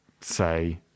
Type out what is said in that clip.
say